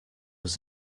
was